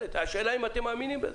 השאלה אם אתם מאמינים בזה.